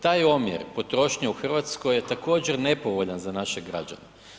Taj omjer potrošnje u Hrvatskoj je također nepovoljan za naše građane.